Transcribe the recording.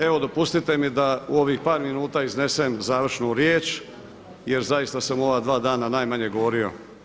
Evo dopustite mi da u ovih par minuta iznesem završnu riječ jer zaista sam u ova dva dana najmanje govorio.